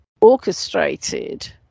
orchestrated